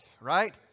right